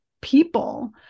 people